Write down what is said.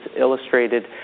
illustrated